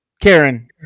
Karen